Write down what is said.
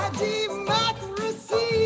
democracy